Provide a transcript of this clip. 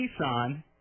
Nissan